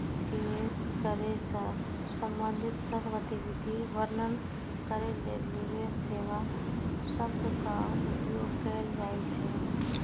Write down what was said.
निवेश करै सं संबंधित सब गतिविधि वर्णन करै लेल निवेश सेवा शब्दक उपयोग कैल जाइ छै